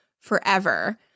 forever